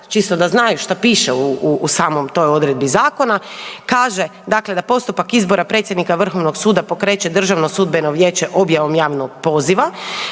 čisto da znaju što piše u samoj toj odredbi zakona, kaže dakle: „da postupak izbora predsjednika Vrhovnog suda pokreće Državno sudbeno vijeće objavom javnog poziva.“.